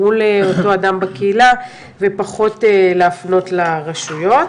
מול אותו אדם בקהילה ופחות להפנות לרשויות